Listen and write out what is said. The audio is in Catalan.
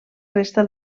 resta